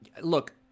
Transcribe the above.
look